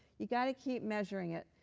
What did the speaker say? you've got to keep measuring it.